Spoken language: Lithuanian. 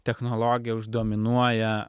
technologija uždominuoja